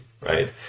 right